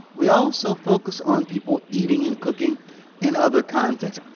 we also focus on people eating and cooking in other contexts.